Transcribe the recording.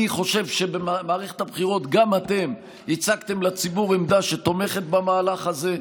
אני חושב שבמערכת הבחירות גם אתם הצגתם לציבור עמדה שתומכת במהלך הזה,